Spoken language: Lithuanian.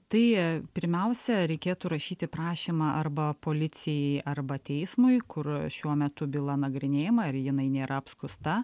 tai pirmiausia reikėtų rašyti prašymą arba policijai arba teismui kur šiuo metu byla nagrinėjama ar jinai nėra apskųsta